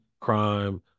crime